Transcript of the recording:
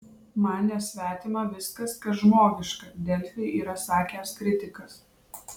man nesvetima viskas kas žmogiška delfi yra sakęs kritikas